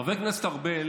חבר הכנסת ארבל